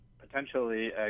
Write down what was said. potentially